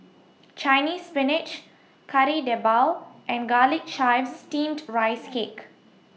Chinese Spinach Kari Debal and Garlic Chives Steamed Rice Cake